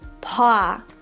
paw